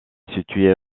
située